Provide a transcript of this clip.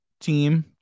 team